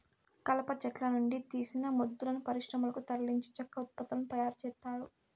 కలప చెట్ల నుండి తీసిన మొద్దులను పరిశ్రమలకు తరలించి చెక్క ఉత్పత్తులను తయారు చేత్తారు